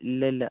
ഇല്ലല്ലില്ലാ